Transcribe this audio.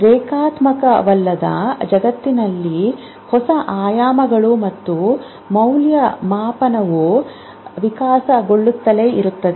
ರೇಖಾತ್ಮಕವಲ್ಲದ ಜಗತ್ತಿನಲ್ಲಿ ಹೊಸ ಆಯಾಮಗಳು ಮತ್ತು ಮೌಲ್ಯಮಾಪನವು ವಿಕಾಸಗೊಳ್ಳುತ್ತಲೇ ಇರುತ್ತದೆ